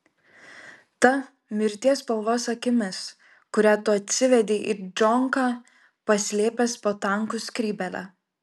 ta mirties spalvos akimis kurią tu atsivedei į džonką paslėpęs po tankų skrybėle